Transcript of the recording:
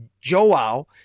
Joao